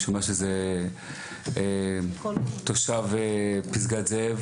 אני שומע שזה תושב פסגת זאב